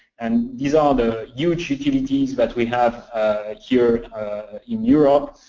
and these are the huge utilities that we have here in europe,